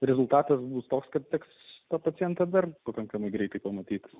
rezultatas bus toks kad teks pacientą dar pakankamai greitai pamatyti